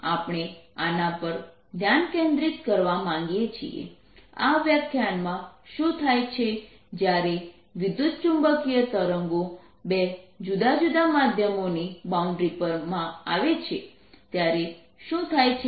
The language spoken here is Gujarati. આપણે આના પર ધ્યાન કેન્દ્રિત કરવા માગીએ છીએ આ વ્યાખ્યાનમાં શું થાય છે જ્યારે વિદ્યુતચુંબકીય તરંગો બે જુદા જુદા માધ્યમોની બાઉન્ડ્રી માં આવે છે ત્યારે શું થાય છે